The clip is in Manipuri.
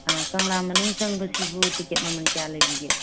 ꯑꯥ ꯀꯪꯂꯥ ꯃꯅꯨꯡ ꯆꯪꯕꯁꯤꯕꯨ ꯇꯤꯀꯦꯠ ꯃꯃꯟ ꯀꯌꯥ ꯂꯩꯕꯤꯒꯦ